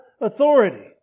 authority